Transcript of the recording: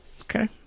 Okay